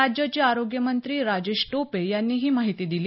राज्याचे आरोग्य मंत्री राजेश टोपे यांनी ही माहिती दिली